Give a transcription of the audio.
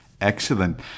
Excellent